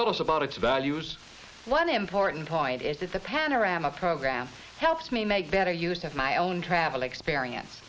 told us about its values one important point is the panorama programme helps me make better use of my own travel experience